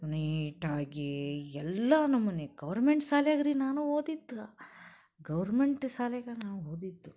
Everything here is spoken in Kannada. ನೀಟಾಗಿ ಎಲ್ಲ ನಮೂನಿಯಾಗಿ ಗೌರ್ಮೆಂಟ್ ಶಾಲ್ಯಾಗೆ ರೀ ನಾನು ಓದಿದ್ದು ಗೌರ್ಮೆಂಟ್ ಶಾಲೆಗ ನಾ ಓದಿದ್ದು